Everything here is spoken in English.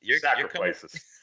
sacrifices